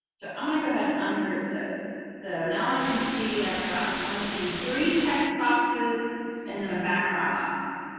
i'm going to go ahead and ungroup those. so now i can see i've got one, two, three text boxes and then a background box.